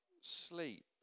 sleep